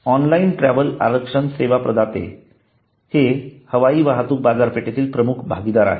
online travel आरक्षण सेवा प्रदाते हे हवाई वाहतूक बाजारपेठेतील प्रमुख भागीदार आहेत